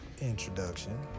introduction